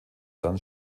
dann